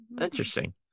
interesting